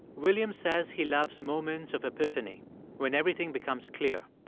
williams says he loves moments of epiphany when everything becomes clear.